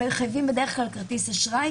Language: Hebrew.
ניתן בעצם לשלם לו חלק ממשכורתו במזומן.